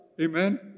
Amen